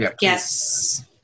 yes